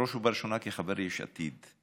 בראש ובראשונה כחבר יש עתיד,